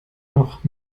noch